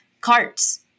carts